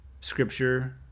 scripture